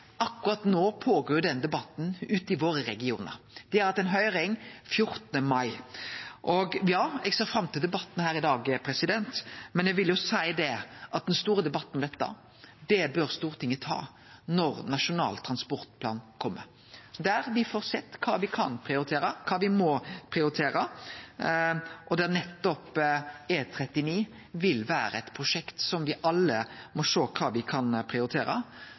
Akkurat no pågår den debatten ute i våre regionar. Dei hadde ei høyring den 14. mai. Eg ser fram til debatten her i dag, men den store debatten om dette bør Stortinget ta når Nasjonal transportplan kjem, der me får sjå kva me kan prioritere, og kva me må prioritere. Og E39 er eit prosjekt der me alle må sjå på kva me kan prioritere.